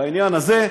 בעניין הזה,